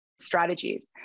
Strategies